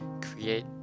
create